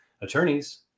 attorneys